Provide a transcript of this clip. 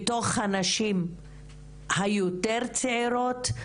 מתוכן הנשים היותר צעירות,